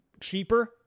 cheaper